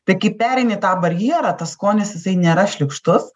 tai kai pereini tą barjerą tas skonis jisai nėra šlykštus